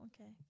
okay